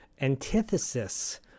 antithesis